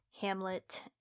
Hamlet